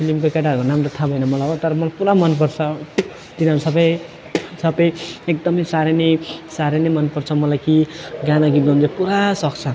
फिल्मको केटाहरूको नाम थाहा भएन मलाई हो तर मलाई पुरा मनपर्छ किनभने सबै सबै एकदमै साह्रै नै साह्रै नै मनपर्छ मलाई कि गाना गीत गाउनु चाहिँ पुरा सोख छ